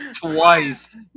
Twice